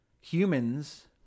Humans